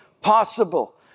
possible